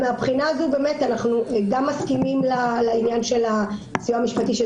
מהבחינה הזאת אנחנו גם מסכימים לעניין של הסיוע המשפטי למתלוננות,